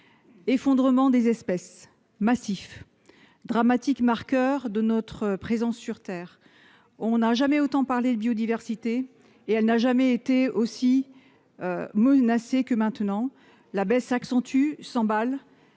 effondrement des espèces massif dramatique marqueur de notre présence sur terre, on n'a jamais autant parlé de biodiversité et elle n'a jamais été aussi menacée que maintenant la baisse s'accentue, s'emballe,